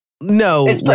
no